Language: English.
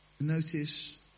Notice